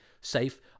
safe